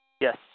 Yes